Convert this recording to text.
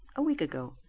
a week ago.